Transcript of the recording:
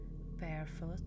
barefoot